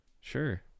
Sure